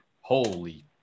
Holy